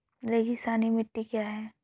रेगिस्तानी मिट्टी क्या है?